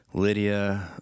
Lydia